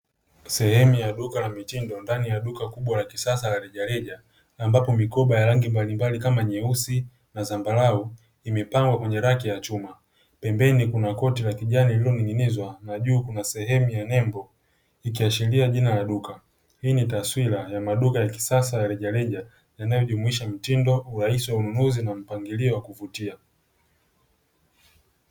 Sehemu ya duka la mitindo ndani ya duka kubwa la kisasa la rejareja, ambapo mikoba ya rangi mbalimbali kama nyeusi na zambarau imepangwa kwenye raki ya chuma. Pembeni kuna koti la kijani lilioninizwa na juu kuna sehemu ya nembo ikiashiria jina la duka. Hii ni taswira ya maduka ya kisasa ya rejareja yanayojumuisha mitindo urahisi wa ununuzi na mpangilio wa kuvutia.